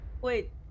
Wait